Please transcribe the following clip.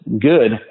good